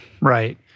Right